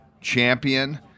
champion